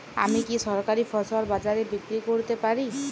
আমি কি সরাসরি ফসল বাজারে বিক্রি করতে পারি?